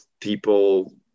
people